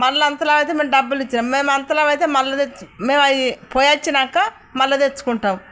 మళ్ళి అంతలా అయితే మేం డబ్బులిచ్చాము మేము అంతలావయితే మేము అవి పోయి వచ్చాక మళ్ళీ తెచ్చుకుంటాం